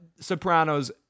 Sopranos